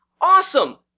Awesome